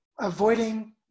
avoiding